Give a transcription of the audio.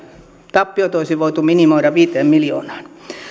tappiot olisi voitu minimoida viiteen miljoonaan